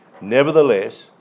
Nevertheless